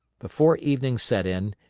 before evening set in,